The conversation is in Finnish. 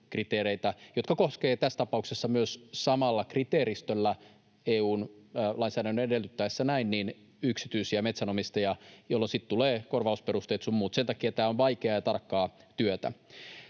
jotka koskevat tässä tapauksessa myös samalla kriteeristöllä, EU:n lainsäädännön edellyttäessä näin, yksityisiä metsänomistajia, jolloin sitten tulee korvausperusteet sun muut. Sen takia tämä on vaikeaa ja tarkkaa työtä.